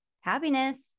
happiness